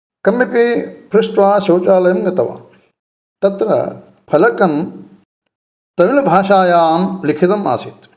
कमपि पृष्ट्वा शौचालयं गतवान् तत्र फलकं तमिलभाषायां लिखितम् आसीत्